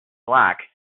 black